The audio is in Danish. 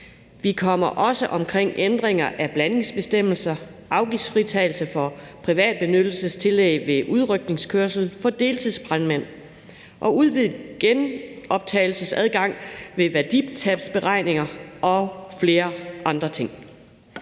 Vi kommer også omkring ændringer af blandingsbestemmelser, afgiftsfritagelse for privatbenyttelsestillæg ved udrykningskørsel for deltidsbrandmænd og udvidet genoptagelsesadgang ved værditabsberegninger og flere andre ting.